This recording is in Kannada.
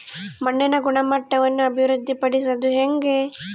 ಮಣ್ಣಿನ ಗುಣಮಟ್ಟವನ್ನು ಅಭಿವೃದ್ಧಿ ಪಡಿಸದು ಹೆಂಗೆ?